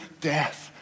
death